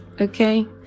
Okay